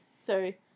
Sorry